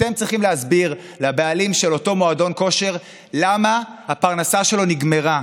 אתם צריכים להסביר לבעלים של אותו מועדון כושר למה הפרנסה שלו נגמרה.